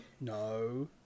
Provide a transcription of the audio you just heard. no